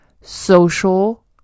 social